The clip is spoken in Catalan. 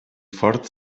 fort